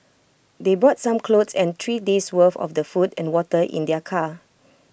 they brought some clothes and three days' worth of the food and water in their car